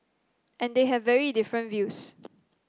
and they have very different views